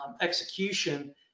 execution